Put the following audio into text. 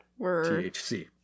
THC